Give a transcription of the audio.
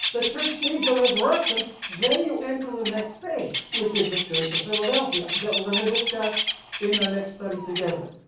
the church needs a resurrection then you enter the next stage which is the church of philadelphia that we are going to discuss in our next study together.